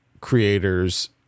creators